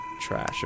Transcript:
trash